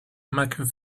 mac